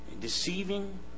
Deceiving